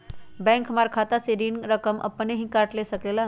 Bank हमार खाता से ऋण का रकम अपन हीं काट ले सकेला?